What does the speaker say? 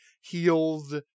healed